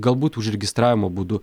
galbūt užregistravimo būdu